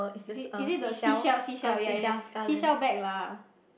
is it is it the seashell seashell ya ya seashell back lah